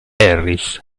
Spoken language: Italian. harris